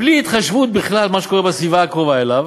בלי התחשבות בכלל במה שקורה בסביבה הקרובה אליו,